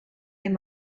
hem